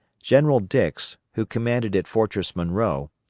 general dix, who commanded at fortress monroe,